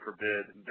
forbid